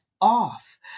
Off